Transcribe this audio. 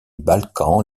balkans